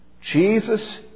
Jesus